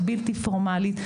הבלתי פורמלית,